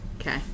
Okay